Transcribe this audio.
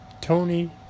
Tony